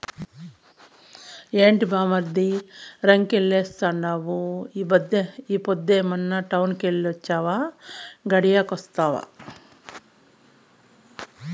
ఏంది బామ్మర్ది రంకెలేత్తండావు ఈ పొద్దే టౌనెల్లి వొచ్చినా, గడియాగొస్తావా